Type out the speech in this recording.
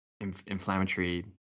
inflammatory